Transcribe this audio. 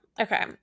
Okay